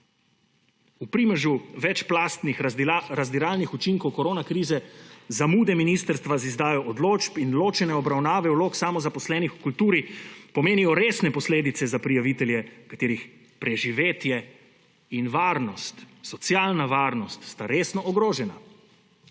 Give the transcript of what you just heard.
V primežu večplastnih razdiralnih učinkov koronakrize zamude ministrstva z izdajo odločb in ločene obravnave vlog samozaposlenih v kulturi pomenijo resne posledice za prijavitelje, katerih preživetje in socialna varnost sta resno ogrožena.